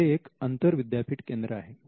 हे एक अंतर विद्यापीठ केंद्र आहे